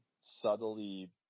subtly